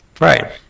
Right